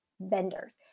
vendors